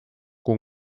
kuhu